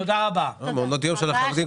לגבי מעונות היום של החרדים,